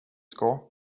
ska